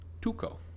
Tuco